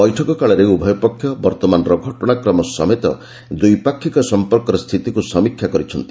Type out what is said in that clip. ବୈଠକ କାଳରେ ଉଭୟ ପକ୍ଷ ବର୍ତ୍ତମାନର ଘଟଣା କ୍ରମ ସମେତ ଦ୍ୱିପାକ୍ଷିକ ସମ୍ପର୍କର ସ୍ଥିତିକୁ ସମୀକ୍ଷା କରିଛନ୍ତି